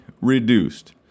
reduced